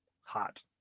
hot